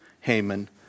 Haman